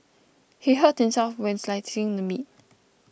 he hurt himself while slicing the meat